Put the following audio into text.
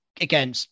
again